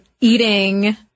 eating